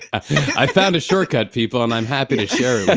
i found a shortcut people and i'm happy to share it yeah